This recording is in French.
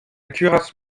cuirasse